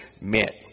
meant